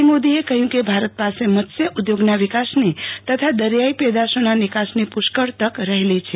શ્રી મોદીએ કહયું કે ભારત પાસે મત્સ્યોદ્યોગના વિકાસની તથા દરિયાઇ પેદાશોના નીકાસની પુષ્કળ તક છે